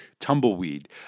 Tumbleweed